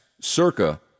circa